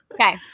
Okay